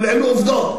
אבל אלו העובדות.